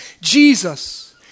Jesus